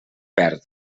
perd